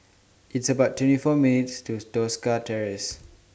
It's about twenty four minutes' to Tosca Terrace